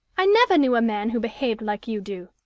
i never knew a man who behaved like you do.